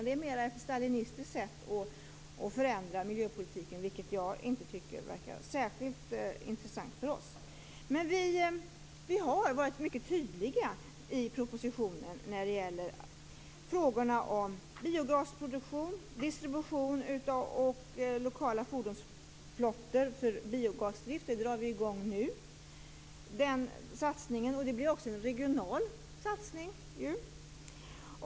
Det är mer ett stalinistiskt sätt att förändra miljöpolitiken, vilket jag inte tycker verkar särskilt intressant för oss. Regeringen har varit mycket tydlig i propositionen när det gäller frågorna om biogasproduktion, distribution och lokala fordonsflottor med biogasdrift. Vi drar nu i gång en sådan satsning. Det blir även en regional satsning.